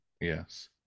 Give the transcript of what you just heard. Yes